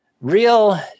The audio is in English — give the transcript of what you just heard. Real